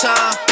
Time